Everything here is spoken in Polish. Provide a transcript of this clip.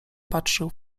patrzył